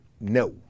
no